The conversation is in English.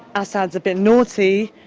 assad is a bit naughty,